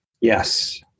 Yes